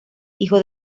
hijo